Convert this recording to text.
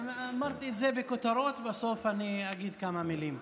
אמרתי את זה בכותרות, בסוף אני אגיד כמה מילים.